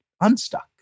unstuck